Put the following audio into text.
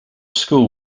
school